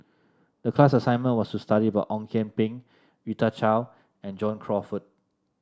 the class assignment was to study about Ong Kian Peng Rita Chao and John Crawfurd